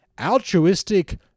altruistic